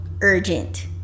urgent